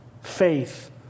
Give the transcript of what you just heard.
faith